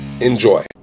Enjoy